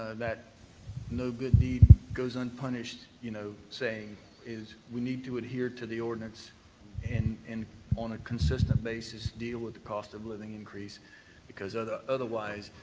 that no good deed goes unpunished, you know, saying is we need to adhere to the ordinance and and on a consistent basis deal with the cost-of-living increase because ah otherwise